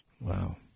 Wow